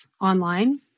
online